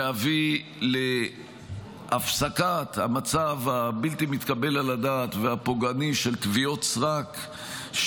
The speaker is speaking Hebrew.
להביא להפסקת המצב הבלתי-מתקבל על הדעת והפוגעני של תביעות סרק,